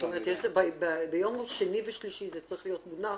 זאת אומרת, ביום שני ושלישי זה צריך להיות מונח